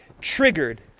Triggered